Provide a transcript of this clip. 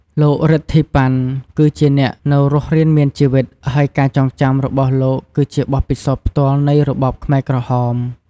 លោក រិទ្ធី ប៉ាន់ គឺជាអ្នកនៅរស់រានមានជីវិត ហើយការចងចាំរបស់លោកគឺជាបទពិសោធន៍ផ្ទាល់នៃរបបខ្មែរក្រហម។